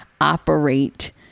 operate